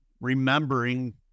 remembering